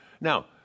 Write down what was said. Now